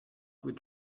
with